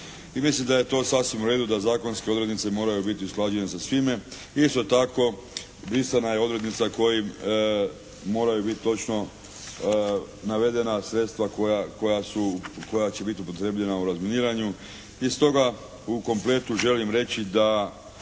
mislim da je to sasvim u redu, da zakonske odrednice moraju biti usklađene sa svime. Isto tako, brisana je odrednica kojim moraju biti točno navedena sredstva koja će biti upotrijebljena u razminiranju. I stoga u kompletu želim reći da